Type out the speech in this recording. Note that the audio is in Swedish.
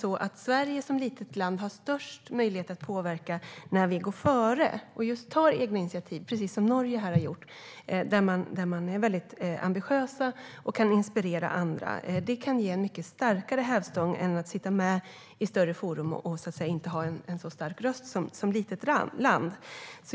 Sverige som är ett litet land har snarare störst möjlighet att påverka när vi går före och tar egna initiativ, precis om Norge har gjort, där man är ambitiös och kan inspirera andra. Det kan vara en starkare hävstång än att sitta med i större forum och som litet land inte ha en stark röst.